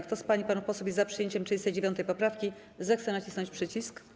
Kto z pań i panów posłów jest za przyjęciem 39. poprawki, zechce nacisnąć przycisk.